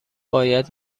باید